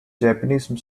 japanese